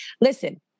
Listen